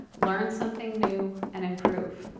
learn something new, and improve.